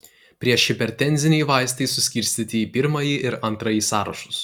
priešhipertenziniai vaistai suskirstyti į pirmąjį ir antrąjį sąrašus